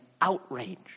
outrage